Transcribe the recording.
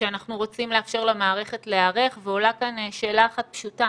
שאנחנו רוצים לתת למערכת להיערך ועולה כאן שאלה אחת פשוטה,